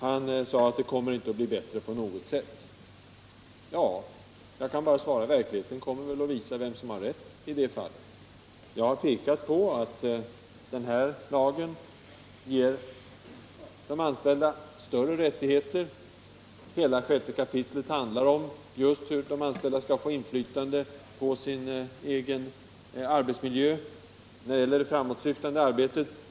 Han sade att det kommer inte att bli bättre på något sätt. Verkligheten kommer att visa vem som har rätt i det fallet. Jag har pekat på, att den här lagen ger de anställda större rättigheter — hela 6 kap. handlar just om hur de anställda skall få inflytande på sin egen miljö när det gäller det framåtsyftande arbetet.